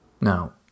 Now